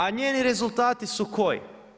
A njeni rezultati su koji?